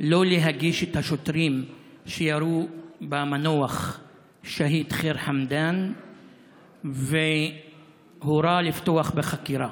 לא להגיש נגד השוטרים שירו במנוח השהיד ח'יר חמדאן והורה לפתוח בחקירה.